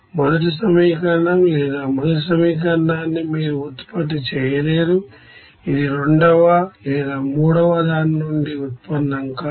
మొదటి సమీకరణం లేదా మొదటి సమీకరణాన్ని మీరు ఉత్పత్తి చేయలేరు ఇది రెండవ లేదా మూడవ దాని నుండి ఉత్పన్నం కాదు